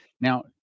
Now